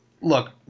Look